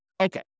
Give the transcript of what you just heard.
Okay